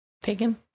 Taken